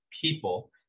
people